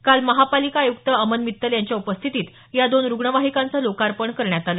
काल महापालिका आयुक्त अमन मित्तल यांच्या उपस्थितीत या दोन्ही रुग्णवाहिकांचं लोकार्पण करण्यात आलं